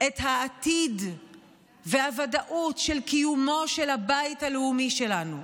את העתיד והוודאות של קיומו של הבית הלאומי שלנו.